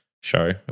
show